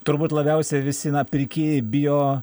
turbūt labiausia visi pirkėjai bijo